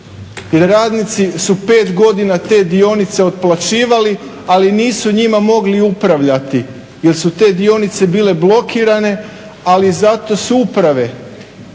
jer radnici su pet godina te dionice otplaćivali ali nisu njima mogli upravljati jer su te dionice bile blokirane. Ali zato su uprave